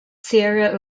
sierra